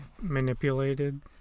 manipulated